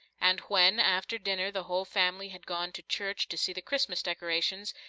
and when, after dinner, the whole family had gone to church to see the christmas decorations,